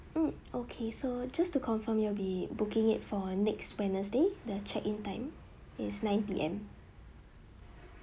mm okay so just to confirm you'll be booking it for next wednesday the check in time is nine P_M